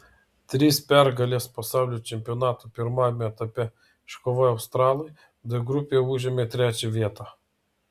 tris pergales pasaulio čempionato pirmajame etape iškovoję australai d grupėje užėmė trečią vietą